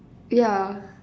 ya